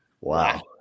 wow